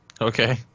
Okay